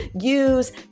Use